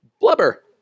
blubber